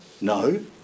No